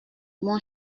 mon